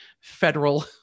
federal